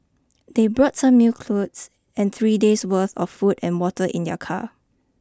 they brought some new clothes and three days worth of food and water in their car